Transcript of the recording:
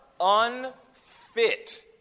unfit